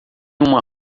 uma